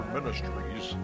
Ministries